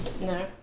No